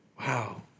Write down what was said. wow